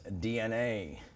DNA